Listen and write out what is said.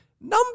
Number